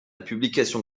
publication